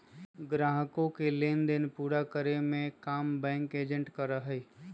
ग्राहकों के लेन देन पूरा करे के काम बैंक एजेंट करा हई